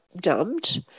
dumped